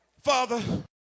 Father